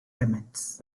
elements